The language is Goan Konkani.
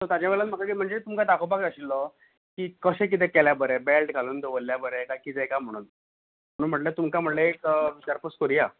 सो ताज्या वयल्यान म्हाका किदें म्हणजे तुमकां दाखोवपाक जाय आशिल्लो की कशें किदें केल्या बरें बँल्ट घालून दवरल्या बरें काय किदें का म्हुणून म्हण म्हळ्ळें तुमकां म्हळ्ळें एक विचारपूस करुया